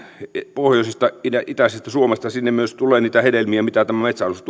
pohjoisesta ja itäisestä suomesta sinne myös tulee niitä hedelmiä mitä tämä metsähallitus